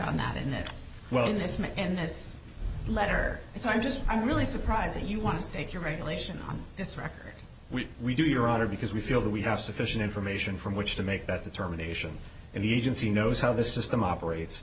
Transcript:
on that and that's when this man and this letter is i'm just i'm really surprised that you want to stake your regulation on this record we do your honor because we feel that we have sufficient information from which to make that determination and the agency knows how the system operates